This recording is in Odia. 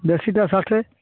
ଦେଶୀଟା ଷାଠିଏ